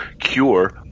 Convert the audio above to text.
cure